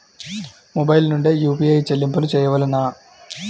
Mobile నుండే UPI చెల్లింపులు చేయవలెనా?